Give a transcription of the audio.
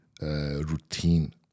routine